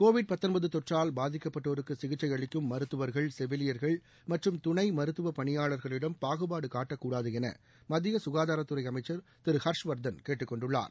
Covid தொற்றால் பாதிக்கப்பட்டோருக்கு சிகிச்சை அளிக்கும் மருத்துவர்கள் செவிலியர்கள் மற்றும் துணை மருத்துவ பணியாளர்களிடம் பாகுபாடு காட்டக்கூடாது என மத்திய சுகாதாரத்துறை அமைச்சர் திரு ஹர்ஷவர்தன் கேட்டுக் கொண்டுள்ளார்